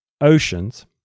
oceans